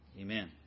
Amen